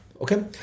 okay